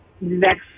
next